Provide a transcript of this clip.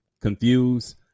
confused